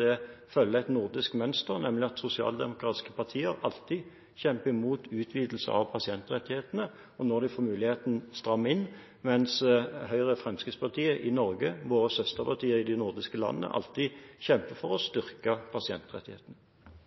Det følger et nordisk mønster, nemlig at sosialdemokratiske partier alltid kjemper imot utvidelse av pasientrettighetene og, når de får muligheten, strammer inn, mens Høyre og Fremskrittspartiet i Norge, og våre søsterpartier i de nordiske landene, alltid kjemper for å styrke pasientrettighetene.